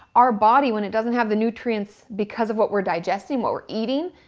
our body when it doesn't have the nutrients because of what we're digesting, what we're eating,